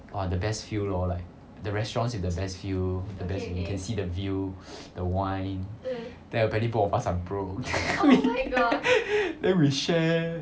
are the best view lor like the restaurants in the best view the best view you can see the view the wine then apparently both of us are broke we then we share